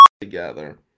together